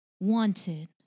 Wanted